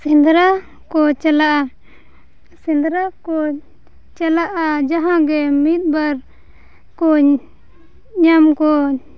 ᱥᱮᱸᱫᱽᱨᱟ ᱠᱚ ᱪᱟᱞᱟᱜᱼᱟ ᱥᱮᱸᱫᱽᱨᱟ ᱠᱚ ᱪᱟᱞᱟᱜᱼᱟ ᱡᱟᱦᱟᱸ ᱜᱮ ᱢᱤᱫᱵᱟᱨ ᱠᱚ ᱧᱟᱢ ᱠᱚ